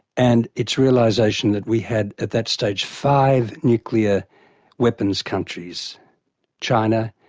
and its realisation that we had at that stage, five nuclear weapons countries china,